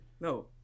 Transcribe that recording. No